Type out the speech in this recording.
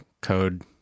code